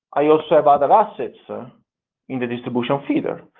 i also have other assets in the distribution feeder.